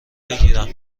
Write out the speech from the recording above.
بگیرم